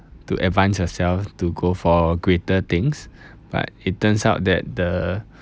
to advance yourself to go for greater things but it turns out that the